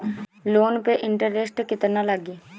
Loan पे interest केतना लागी?